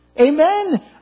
Amen